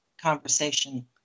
conversation